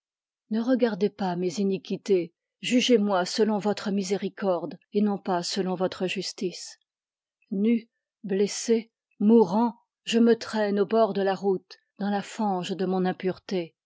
ne regardez pas mes iniquités jugez-moi selon votre miséricorde et non pas selon votre justice nu blessé mourant je me traîne au bord de la route dans la fange de mon impureté